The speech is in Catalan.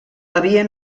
havia